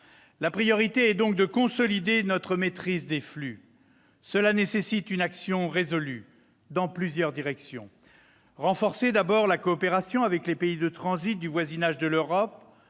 La priorité est donc de consolider notre maîtrise des flux. Cela nécessite une action résolue, dans plusieurs directions. Tout d'abord, il faut renforcer la coopération avec les pays de transit du voisinage de l'Europe,